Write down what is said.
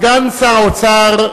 סגן שר האוצר,